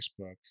Facebook